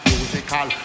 Musical